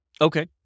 Okay